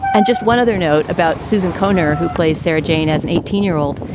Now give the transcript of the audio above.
and just one other note about susan konar who plays sarah jane as an eighteen year old.